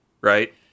right